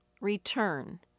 return